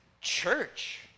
church